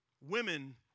Women